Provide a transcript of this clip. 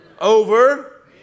over